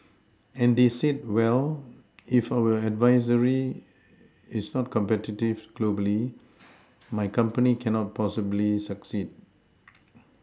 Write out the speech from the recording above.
and they said well if our industry is not competitive globally my company cannot possibly succeed